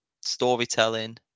storytelling